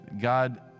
God